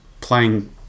playing